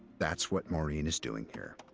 that's what maureen is doing here.